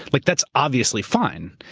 like that's obviously fine.